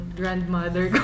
grandmother